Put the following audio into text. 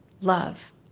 love